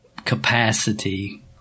capacity